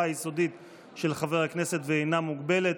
היסודית של חבר הכנסת והיא אינה מוגבלת.